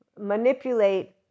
manipulate